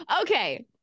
Okay